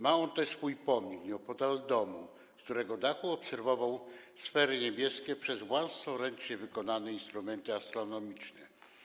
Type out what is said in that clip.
Ma on też swój pomnik nieopodal domu, z którego dachu obserwował sfery niebieskie przez własnoręcznie wykonane instrumenty astronomiczne.